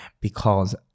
Because-